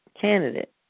candidate